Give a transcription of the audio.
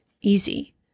easy